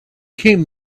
came